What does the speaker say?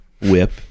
whip